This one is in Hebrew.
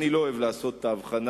אני לא אוהב לעשות את ההבחנה,